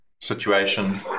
situation